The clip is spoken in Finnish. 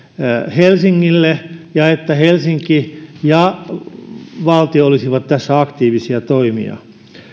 helsingille ja sitä että helsinki ja valtio olisivat tässä aktiivisia toimijoita